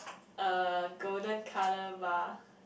uh golden colour bar